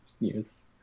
news